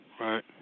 Right